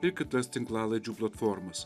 ir kitas tinklalaidžių platformas